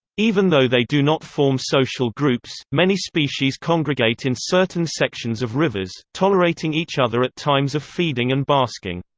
even though they do not form social groups, many species congregate in certain sections of rivers, tolerating each other at times of feeding and basking.